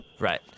Right